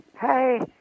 hey